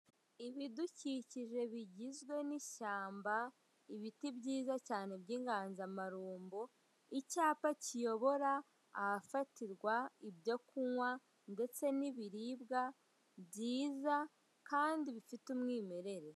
Ibidukukije bigizwe n'ishyamba, ibiti byiza cyane by'inganzamarumbo, icyapa kiyobora ahafatirwa ibyo kunywa ndetse n'ibiribwa byiza kandi bifite umwimerere.